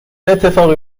اتفاقی